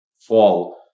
fall